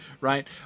Right